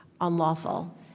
unlawful